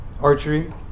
archery